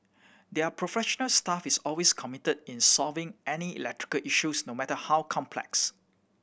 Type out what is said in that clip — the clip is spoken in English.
their professional staff is always committed in solving any electrical issue no matter how complex